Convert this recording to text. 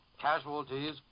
Casualties